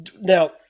Now